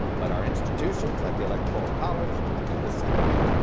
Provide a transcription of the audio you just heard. but our institutions like the electoral college keep it center ight.